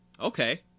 Okay